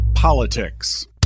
Politics